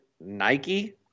Nike